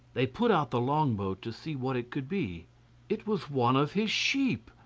they put out the long-boat to see what it could be it was one of his sheep!